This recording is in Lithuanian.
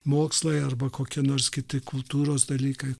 mokslai arba kokie nors kiti kultūros dalykai